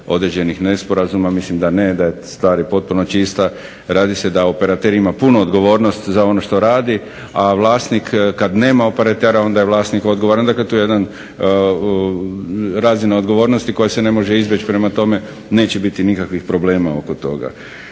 određenih nesporazuma. Mislim da ne, da je stvar potpuno čista. Radi se da operater ima punu odgovornost za ono što radi, a vlasnik kad nema operatera onda je vlasnik odgovoran. Dakle to je jedna razina odgovornosti koja se ne može izbjeći, prema tome neće biti nikakvih problema oko toga.